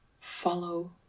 follow